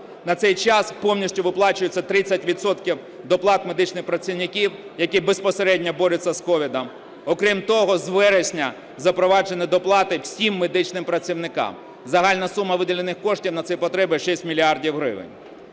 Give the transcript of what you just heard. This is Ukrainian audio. На цей час повністю виплачується 30 відсотків доплат медичним працівникам, які безпосередньо борються з COVID. Окрім того, з вересня запроваджено доплати всім медичним працівникам. Загальна сума виділених коштів на ці потреби – 6 мільярдів гривень.